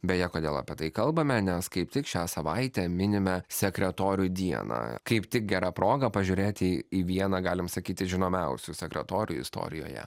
beje kodėl apie tai kalbame nes kaip tik šią savaitę minime sekretorių dieną kaip tik gera proga pažiūrėti į vieną galim sakyti žinomiausių sekretorių istorijoje